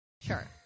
Sure